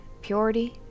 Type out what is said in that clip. Purity